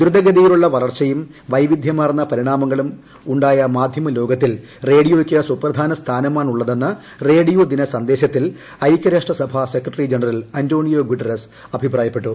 ദ്രുതഗതിയിലുള്ള വളർച്ചയും വൈവിദ്ധ്യമാർന്ന പരിണാമങ്ങളും ഉണ്ടായ മാധ്യമ ലോകത്തിൽ റേഡിയോയ്ക്ക് സുപ്രധാന സ്ഥാനമാണ് ഉള്ളതെന്ന് റേഡിയോ ദിന സന്ദേശത്തിൽ ഐക്യരാഷ്ട്ര അന്റോണിയോ ഗുട്ടറസ് സഭാ സെക്രട്ടറി ജനറൽ അഭിപ്രായപ്പെട്ടു